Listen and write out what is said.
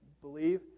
believe